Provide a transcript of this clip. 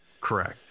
Correct